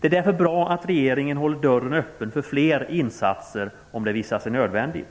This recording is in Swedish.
Det är därför bra att regeringen håller dörren öppen för fler insatser om det visar sig nödvändigt.